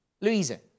Louisa